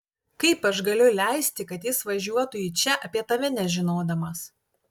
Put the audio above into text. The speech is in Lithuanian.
kaip aš galiu leisti kad jis važiuotų į čia apie tave nežinodamas